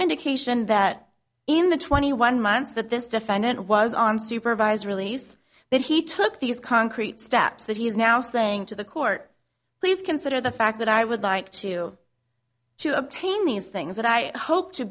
indication that in the twenty one months that this defendant was on supervised release that he took these concrete steps that he is now saying to the court please consider the fact that i would like to to obtain these things that i hope to